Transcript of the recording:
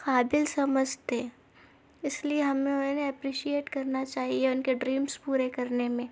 قابل سمجھتے اس لیے ہم نے انہیں اپریشیئٹ کرنا چاہیے ان کے ڈریمس پورے کرنے میں